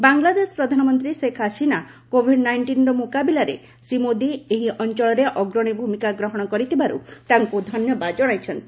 ବାଂଲାଦେଶ ପ୍ରଧାନମନ୍ତ୍ରୀ ଶେଖ୍ ହସିନା କୋଭିଡ ନାଇଷ୍ଟିନ୍ର ମୁକାବିଲାରେ ଶ୍ରୀ ମୋଦି ଏହି ଅଞ୍ଚଳରେ ଅଗ୍ରଣୀ ଭୂମିକା ଗ୍ରହଣ କରିଥିବାରୁ ତାଙ୍କୁ ଧନ୍ୟବାଦ ଜଣାଇଛନ୍ତି